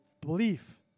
belief